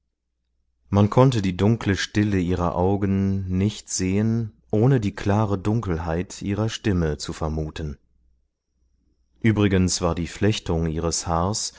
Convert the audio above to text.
man konnte die dunkle stille ihrer augen nicht sehen ohne die klare dunkelheit ihrer stimme zu vermuten übrigens war die flechtung ihres haars